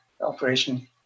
operation